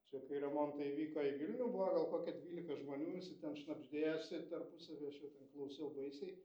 čia kai remontai vyko į vilnių buvo gal kokia dvylika žmonių visi ten šnabždėjosi tarpusavy aš jau ten klausiau baisiai